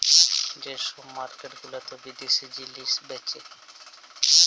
যে ছব মার্কেট গুলাতে বিদ্যাশি জিলিস বেঁচে